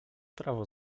prawo